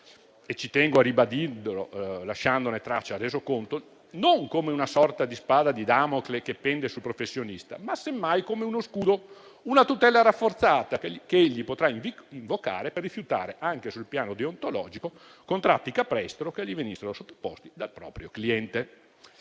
- e tengo a ribadirlo, affinché ne rimanga traccia nel Resoconto - non come una sorta di spada di Damocle che pende sul professionista, ma semmai come uno scudo, una tutela rafforzata che egli potrà invocare, per rifiutare, anche sul piano deontologico, contratti capestro che gli vengano imposti dal cliente.